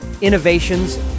innovations